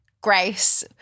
Grace